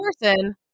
person